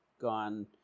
gone